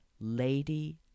Lady